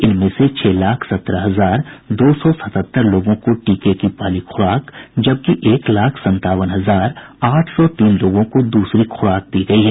इनमें से छह लाख सत्रह हजार दो सौ सतहत्तर लोगों को टीके की पहली खु्राक जबकि एक लाख संतावन हजार आठ सौ तीन लोगों को दूसरी खुराक दी गयी है